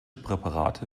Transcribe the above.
präparate